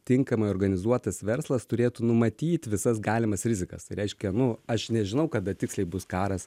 tinkamai organizuotas verslas turėtų numatyt visas galimas rizikas reiškia nu aš nežinau kada tiksliai bus karas